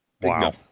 Wow